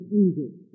angels